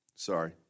Sorry